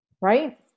Right